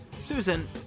Susan